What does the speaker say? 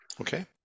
Okay